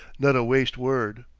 not a waste word,